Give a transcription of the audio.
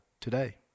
today